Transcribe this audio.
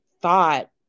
thought